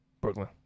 Brooklyn